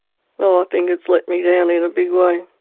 well, i think it's let me down in a big way.